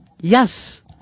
Yes